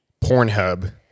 Pornhub